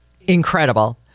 incredible